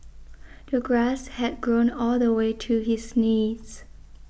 the grass had grown all the way to his knees